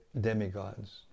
demigods